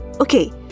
Okay